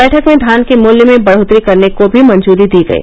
बैठक में धान के मूल्य में बढ़ोत्तरी करने को भी मंजूरी दी गयी